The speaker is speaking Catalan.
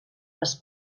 les